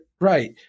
Right